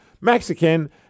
mexican